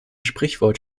sprichwort